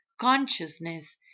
consciousness